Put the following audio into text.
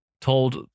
told